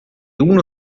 uno